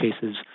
cases